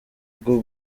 bwo